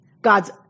God's